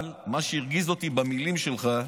אבל מה שהרגיז אותי במילים שלך,